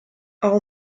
all